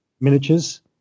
miniatures